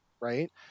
Right